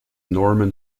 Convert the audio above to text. norman